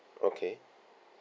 okay